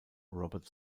robert